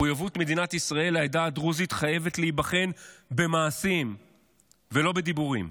מחויבות מדינת ישראל לעדה הדרוזית חייבת להיבחן במעשים ולא בדיבורים,